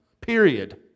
Period